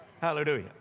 Hallelujah